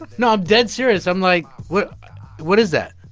no, i'm dead serious. i'm like, what what is that?